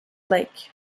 lake